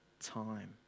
time